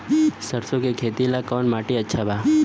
सरसों के खेती ला कवन माटी अच्छा बा?